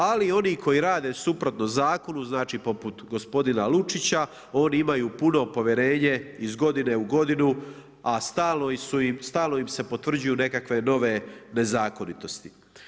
Ali, oni koji rade suprotno zakonu, znači poput gospodina Lučića, oni imaju puno povjerenje iz godinu u godinu, a stalno im se potvrđuju nekakve nove nezakonitosti.